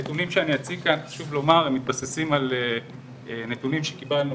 הנתונים שאני אציג כאן מתבססים על נתונים שקיבלנו